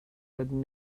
had